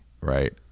right